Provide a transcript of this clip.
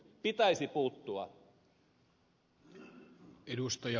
pitäisi puuttua